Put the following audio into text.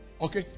Okay